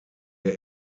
der